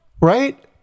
right